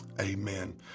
amen